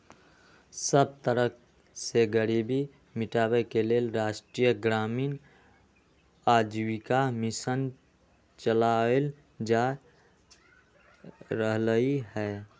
सब तरह से गरीबी मिटाबे के लेल राष्ट्रीय ग्रामीण आजीविका मिशन चलाएल जा रहलई ह